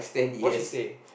what she say